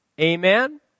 Amen